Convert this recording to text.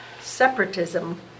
separatism